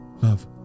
Love